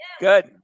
good